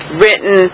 written